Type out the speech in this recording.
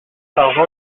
par